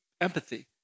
empathy